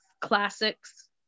classics